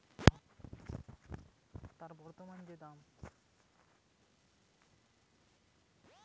জিনিস কিনা বা বিক্রি কোরবার সময় তার বর্তমান যে দাম